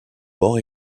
bord